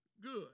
good